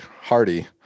hardy